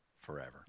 forever